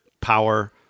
power